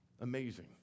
Amazing